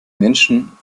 menschen